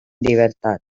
libertad